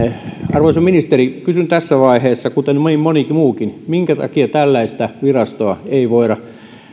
arvoisa ministeri kysyn tässä vaiheessa kuten niin moni muukin minkä takia tällaista virastoa ei voida